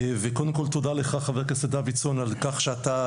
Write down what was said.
וקודם כל תודה לך חבר הכנסת דוידסון על כך שאתה